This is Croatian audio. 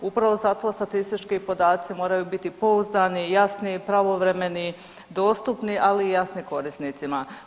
Upravo zato statistički podaci moraju biti pouzdani, jasni, pravovremeni, dostupni, ali i jasni korisnicima.